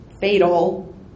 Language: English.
fatal